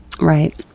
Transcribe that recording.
Right